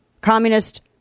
Communist